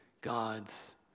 God's